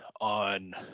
on